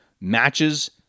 matches